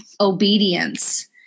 obedience